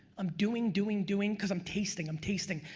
i'm doing, doing, doing, because i'm tasting, i'm tasting,